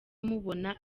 mubona